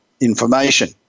information